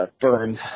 burned